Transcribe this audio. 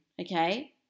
okay